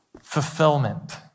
fulfillment